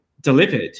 delivered